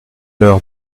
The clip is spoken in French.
leur